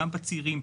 גם בצירים,